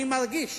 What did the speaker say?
אני מרגיש